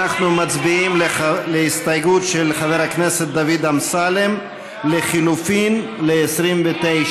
אנחנו מצביעים על הסתייגות של חבר הכנסת דוד אמסלם לחלופין ל-29.